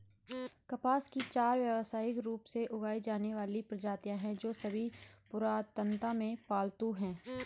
कपास की चार व्यावसायिक रूप से उगाई जाने वाली प्रजातियां हैं, जो सभी पुरातनता में पालतू हैं